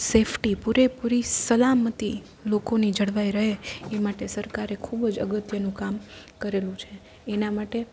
safety પૂરેપૂરી સલામતી લોકોની જળવાઈ રહે એ માટે સરકારે ખૂબ જ અગત્યનું કામ કર્યું છે એના માટે